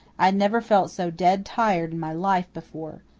i had never felt so dead tired in my life before.